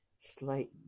slight